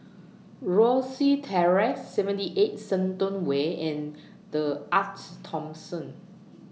Rosyth Terrace seventy eight Shenton Way and The Arte Thomson